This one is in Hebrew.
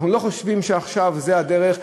אנחנו לא חושבים עכשיו שזה הדרך,